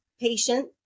patient